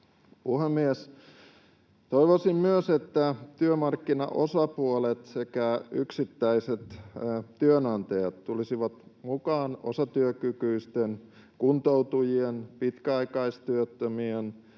Toivoisin myös, että työmarkkinaosapuolet sekä yksittäiset työnantajat tulisivat mukaan osatyökykyisten, kuntoutujien, pitkäaikaistyöttömien,